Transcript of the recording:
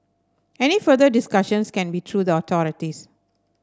any further discussions can be through the authorities